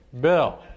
Bill